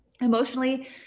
emotionally